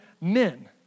men